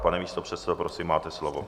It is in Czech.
Pane místopředsedo, prosím, máte slovo.